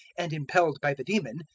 and, impelled by the demon,